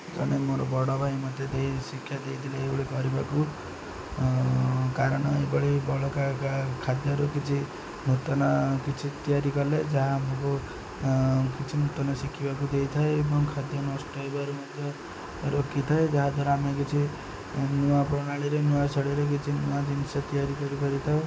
ଜଣେ ମୋର ବଡ଼ ଭାଇ ମଧ୍ୟ ଦେଇ ଶିକ୍ଷା ଦେଇଥିଲେ ଏଭଳି କରିବାକୁ କାରଣ ଏଭଳି ବଳକା ଖାଦ୍ୟରୁ କିଛି ନୂତନ କିଛି ତିଆରି କଲେ ଯାହା ଆମକୁ କିଛି ନୂତନ ଶିଖିବାକୁ ଦେଇଥାଏ ଏବଂ ଖାଦ୍ୟ ନଷ୍ଟ ହେବାରୁ ମଧ୍ୟ ରୋକିଥାଏ ଯାହାଦ୍ୱାରା ଆମେ କିଛି ନୂଆ ପ୍ରଣାଳୀରେ ନୂଆ ଶୈଳୀରେ କିଛି ନୂଆ ଜିନିଷ ତିଆରି କରିପାରିଥାଉ